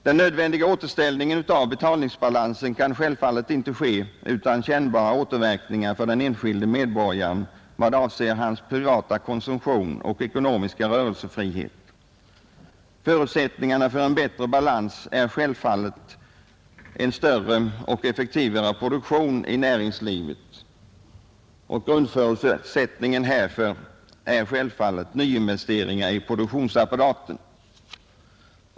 Den nödvändiga återställningen av betalningsbalansen kan självfallet inte ske utan kännbara återverkningar för den enskilde medborgaren vad avser hans privata konsumtion och ekonomiska rörelsefrihet. Förutsättningarna för en bättre balans är en större och effektivare produktion i näringslivet, och grundförutsättningen härför är självfallet nyinvesteringar i produktionsapparaten.